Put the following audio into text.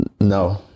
No